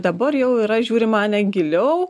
dabar jau yra žiūrima ane giliau